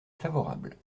favorable